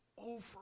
Over